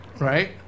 right